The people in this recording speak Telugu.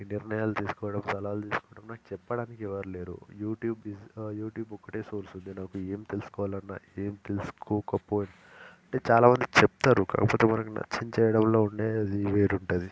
ఈ నిర్ణయాలు తీసుకోవడం సలహాలు తీసుకోవడం నాకు చెప్పడానికి ఎవరు లేరు యూట్యూబ్ యూట్యూబ్ ఒక్కటే సోర్స్ ఉంది నాకు ఏం తెలుసుకోవాలన్నా ఏం తెల్సుకోకపో అంటే చాలా మంది చెప్తారు కాకపోతే మనకి నచ్చింది చేయడంలో ఉండే అది వేరు ఉంటుంది